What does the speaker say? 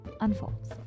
unfolds